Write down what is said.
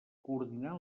coordinar